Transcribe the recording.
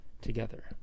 together